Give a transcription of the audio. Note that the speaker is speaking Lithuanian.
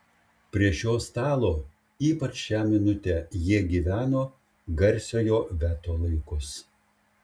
prie šio stalo ypač šią minutę jie gyveno garsiojo veto laikus